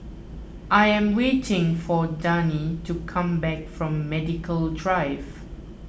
I am waiting for Dani to come back from Medical Drive